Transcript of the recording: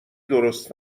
درست